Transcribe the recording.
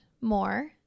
more